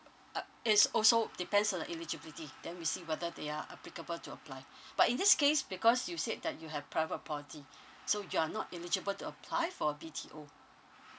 uh it's also depends on the eligibility then we see whether they are applicable to apply but in this case because you said that you have private property so you're not eligible to apply for a B_T_O